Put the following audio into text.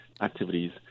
activities